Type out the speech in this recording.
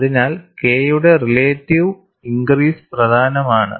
അതിനാൽ K യുടെ relative increase പ്രധാനമാണ്